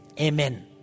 amen